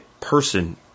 person